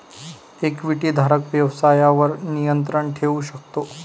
इक्विटीधारक व्यवसायावर नियंत्रण ठेवू शकतो